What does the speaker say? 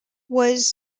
was